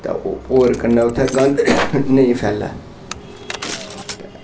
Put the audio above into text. ते होर कन्नै उत्थें गंद नेईं फैले